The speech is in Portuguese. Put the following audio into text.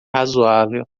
razoável